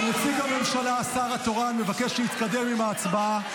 נציג הממשלה, השר התורן, מבקש להתקדם עם ההצבעה.